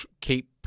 keep